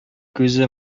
күзе